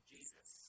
Jesus